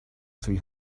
three